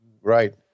Right